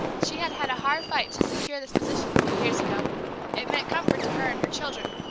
she had had a hard fight to secure this position a few years ago it meant comfort to her and her children,